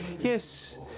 Yes